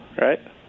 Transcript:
right